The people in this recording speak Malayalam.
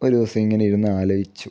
ഒരു ദിവസം ഇങ്ങനെ ഇരുന്നാലോചിച്ചു